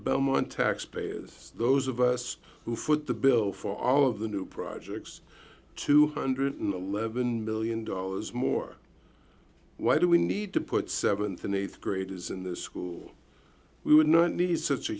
belmont taxpayers those of us who foot the bill for all of the new projects two hundred and eleven million dollars more why do we need to put th and th graders in this school we would not need such a